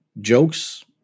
jokes